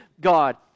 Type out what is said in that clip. God